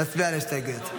להצביע על ההסתייגויות.